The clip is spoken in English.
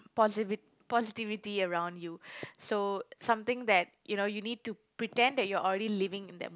posivi~ positivity around you so something that you know you need to pretend that you are already living in that